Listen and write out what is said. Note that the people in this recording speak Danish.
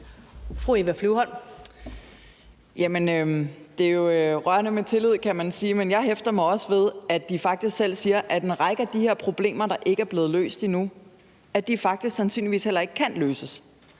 Det er jo rørende med tillid, kan man sige, men jeg hæfter mig også ved, at de faktisk selv siger, at en række af de her problemer, der ikke er blevet løst endnu, sandsynligvis heller ikke kan løses,